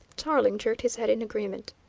tarling jerked his head in agreement.